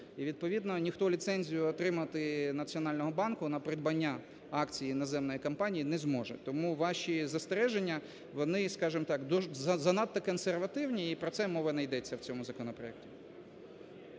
відповідно ніхто ліцензію отримати Національного банку на придбання акцій іноземної компанії не зможе. Тому ваші застереження вони, скажімо так, занадто консервативні, і про це мова не йдеться в цьому законопроекті.